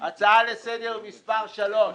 הצעה לסדר מספר שלוש.